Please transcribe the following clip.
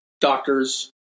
doctors